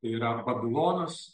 yra babilonas